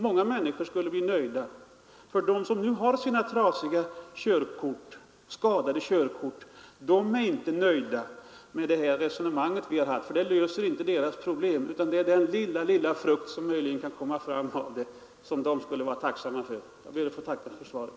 Många människor skulle bli nöjda. De som nu har sina skadade körkort är inte nöjda med det resonemang som vi har fört, det löser inte deras problem, utan det är den lilla frukt som kan komma fram av detta som de skulle vara tacksamma för. Jag ber att få tacka för svaret.